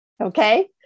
Okay